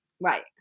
Right